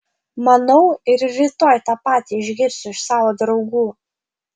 manau ir rytoj tą patį išgirsiu iš savo draugų